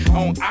on